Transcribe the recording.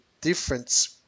difference